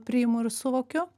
priimu ir suvokiu